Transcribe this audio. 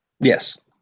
Yes